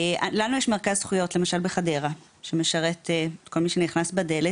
לנו יש מרכז זכויות למשל בחדרה שמשרת כל מי שנכנס בדלת,